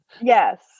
Yes